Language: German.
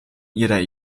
ihrer